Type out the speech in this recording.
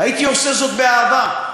הייתי עושה זאת באהבה.